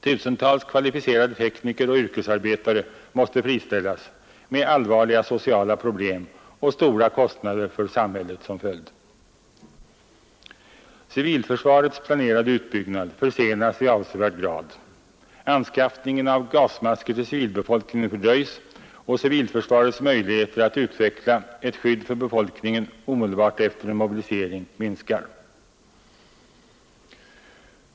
Tusentals kvalificerade tekniker och yrkesarbetare måste friställas — med allvarliga sociala problem och stora kostnader för samhället som följd. Civilförsvarets planerade utbyggnad försenas i avsevärd grad. Anskaffningen av gasmasker till civilbefolkningen fördröjs och civilförsvarets möjligheter att utveckla ett skydd för befolkningen omedelbart efter en mobilisering minskar.